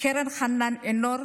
קרן חנן עינור,